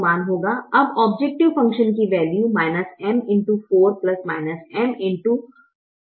अब objective function की value है जो 14M है